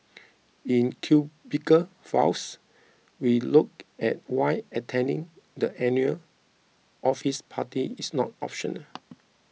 in Cubicle Files we look at why attending the annual office party is not optional